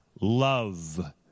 Love